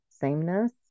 sameness